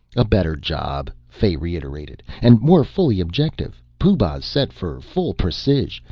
a better job, fay reiterated, and more fully objective. pooh-bah's set for full precis.